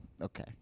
Okay